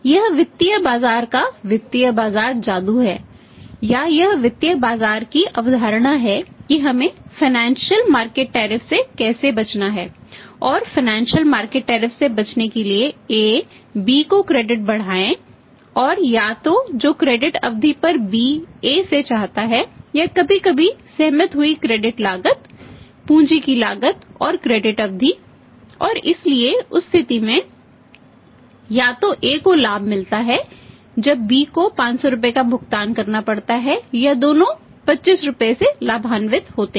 यह वित्तीय बाजार का वित्तीय बाजार जादू है या यह वित्तीय बाजार की अवधारणा है कि हमें फाइनेंशियल मार्केट टैरिफ अवधि और इसलिए उस स्थिति में या तो A को लाभ मिलता है जब B को 500 रुपये में भुगतान करना पड़ता है या दोनों 25 रुपये से लाभान्वित होते हैं